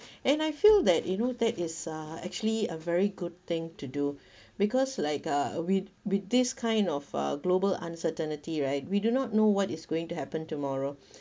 and I feel that you know that is uh actually a very good thing to do because like uh with with this kind of uh global uncertainty right we do not know what is going to happen tomorrow